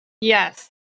Yes